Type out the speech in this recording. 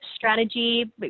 strategy